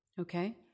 Okay